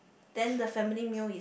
then the family meal is